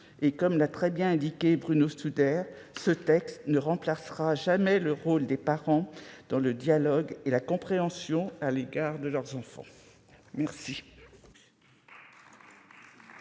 comme l'a très bien indiqué Bruno Studer, ce texte « ne remplacera jamais le rôle des parents dans le dialogue et la compréhension à l'égard de leurs enfants. »